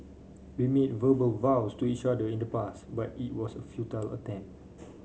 we made verbal vows to each other in the past but it was a futile attempt